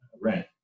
rent